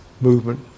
movement